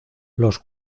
los